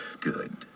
good